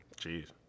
Jeez